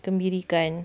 kembirikan